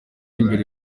imbere